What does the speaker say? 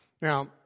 Now